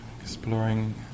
exploring